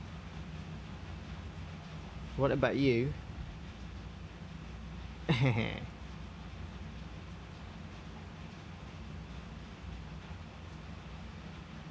what about you